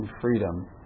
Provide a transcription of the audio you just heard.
freedom